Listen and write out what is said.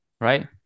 Right